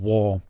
War